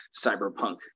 Cyberpunk